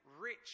rich